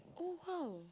oh !wow!